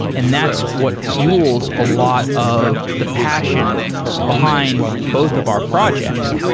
and that's what fuels a lot of the passion behind both of our projects.